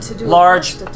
large